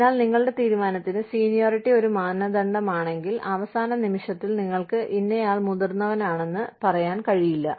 അതിനാൽ നിങ്ങളുടെ തീരുമാനത്തിന് സീനിയോറിറ്റി ഒരു മാനദണ്ഡമാണെങ്കിൽ അവസാന നിമിഷത്തിൽ നിങ്ങൾക്ക് ഇന്നയാൾ മുതിർന്നവനാണ് എന്ന് പറയാൻ കഴിയില്ല